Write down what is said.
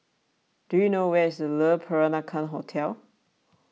do you know where is Le Peranakan Hotel